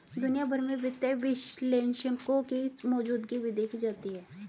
दुनिया भर में वित्तीय विश्लेषकों की मौजूदगी भी देखी जाती है